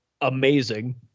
amazing